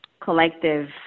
collective